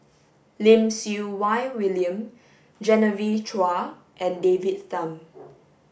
Lim Siew Wai William Genevieve Chua and David Tham